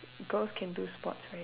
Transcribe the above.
girls can do sports right